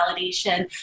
validation